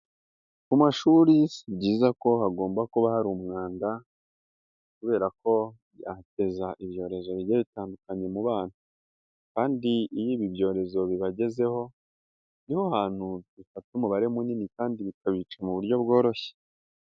Ku mashuri si byiza ko hagomba kuba hari umwanda kubera ko byahateza ibyorezo bigiye bitandukanye mu bana kandi iyo ibi byorezo bibagezeho ni ho hantu bifata umubare munini kandi bikabica mu buryo bworoshye.